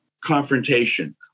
confrontation